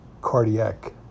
cardiac